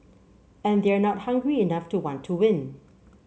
and they're not hungry enough to want to win